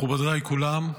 מכובדיי כולם,